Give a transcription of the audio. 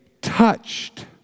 touched